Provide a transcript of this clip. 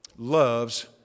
loves